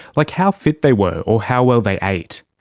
like how fit they were or how well they ate.